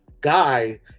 guy